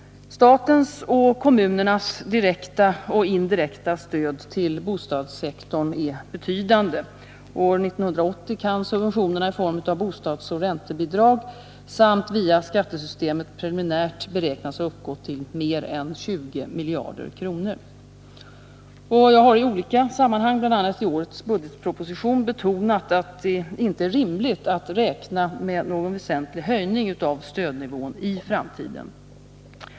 Statens och kommunernas direkta och indirekta stöd till bostadssektorn är betydande. År 1980 kan subventionerna i form av bostadsoch räntebidrag samt via skattesystemet preliminärt beräknas ha uppgått till mer än 20 miljarder kronor. Jag har i olika sammanhang, bl.a. i årets budgetproposition, betonat att det inte är rimligt att räkna med någon väsentlig höjning av stödnivån i framtiden.